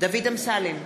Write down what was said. דוד אמסלם,